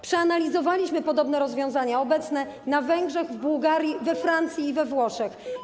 Przeanalizowaliśmy podobne rozwiązania obecne na Węgrzech, w Bułgarii, we Francji i we Włoszech.